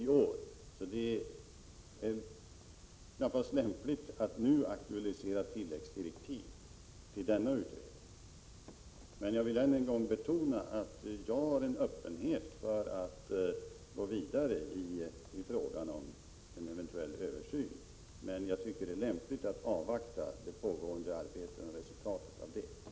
Det är knappast lämpligt att nu aktualisera tilläggsdirektiv till den utredningen. Jag vill än en gång betona att jag har en öppenhet för att gå vidare i frågan om en eventuell översyn, men jag tycker att det är lämpligt att avvakta resultatet av det pågående arbetet.